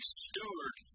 steward